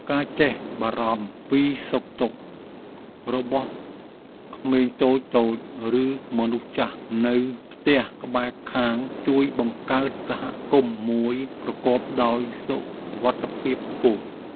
ការចេះបារម្ភពីសុខទុក្ខរបស់ក្មេងតូចៗឬមនុស្សចាស់នៅផ្ទះក្បែរខាងជួយបង្កើតសហគមន៍មួយប្រកបដោយសុវត្ថិភាពខ្ពស់។